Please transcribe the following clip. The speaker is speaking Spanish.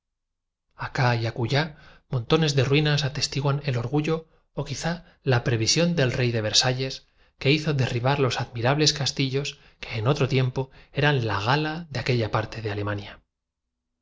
acá y acullá montones de ruinas atestiguan el orgullo o quizá la pre visión del rey de versalles que hizo derribar los admirables castillos que en otro tiempo eran la gala de aqueua parte de alemania